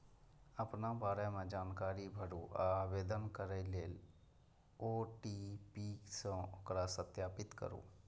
अपना बारे मे जानकारी भरू आ आवेदन जमा करै लेल ओ.टी.पी सं ओकरा सत्यापित करू